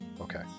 Okay